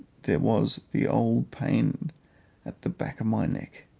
there was the old pain at the back of my neck,